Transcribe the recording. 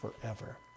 forever